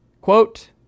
Quote